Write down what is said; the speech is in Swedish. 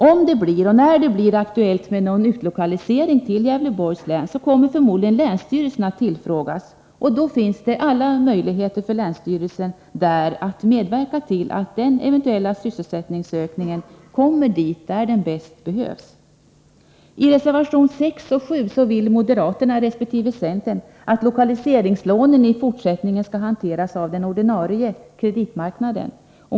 Om och när det blir aktuellt med någon utlokalisering till Gävleborgs län, kommer förmodligen länsstyrelsen att tillfrågas. Då finns det alla möjligheter för länsstyrelsen att medverka till att den eventuella sysselsättningsökningen kommer dit där den bäst behövs. ringslånen i fortsättningen skall hanteras av den ordinarie kreditmarknaden.